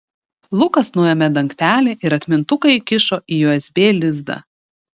lukas nuėmė dangtelį ir atmintuką įkišo į usb lizdą